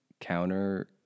counter-